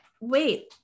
wait